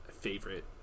favorite